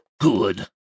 good